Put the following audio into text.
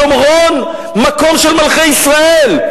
שומרון, המקור של מלכי ישראל.